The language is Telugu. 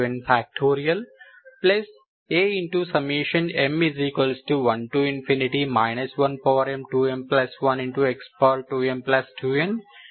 Anx2n2n 1n